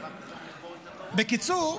בקיצור,